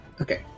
Okay